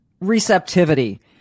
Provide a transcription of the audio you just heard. receptivity